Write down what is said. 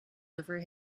over